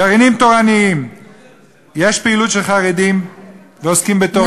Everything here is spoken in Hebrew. גרעינים תורניים יש פעילות של חרדים שעוסקים בתורה,